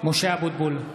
משה אבוטבול,